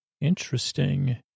interesting